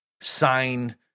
sign